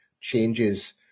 changes